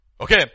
Okay